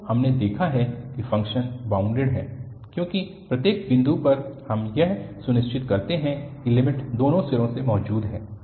तो हमने देखा है कि फ़ंक्शन बाउंडेड है क्योंकि प्रत्येक बिंदु पर हम यह सुनिश्चित करते हैं कि लिमिट दोनों सिरों से मौजूद है